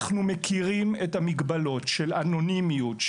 אנחנו מכירים את המגבלות של אנונימיות,